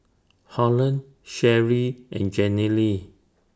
Holland Sherrie and Jenilee